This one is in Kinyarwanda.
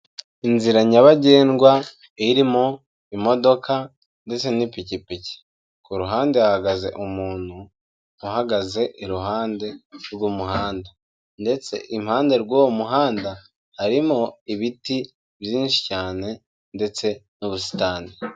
Inzira nyabagendwa irimo imodoka ndetse n'ipikipiki. Ku ruhande hahagaze umuntu, ahagaze iruhande rw'umuhanda ndetse impande rw'uwo muhanda harimo ibiti byinshi cyane ndetse n'ubusitani.